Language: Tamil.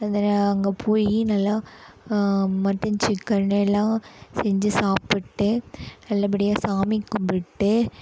அதில் அங்கே போய் நல்லா மட்டன் சிக்கன் எல்லாம் செஞ்சு சாப்பிட்டு நல்ல படியாக சாமி கும்பிட்டு